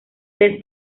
test